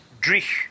drich